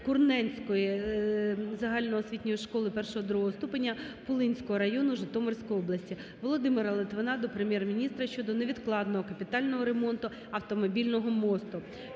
Курненської загальноосвітньої школи І-ІІ ступеня Пулинського району Житомирської області. Володимира Литвина до Прем'єр-міністра щодо невідкладного капітального ремонту автомобільного мосту.